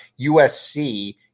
USC